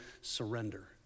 surrender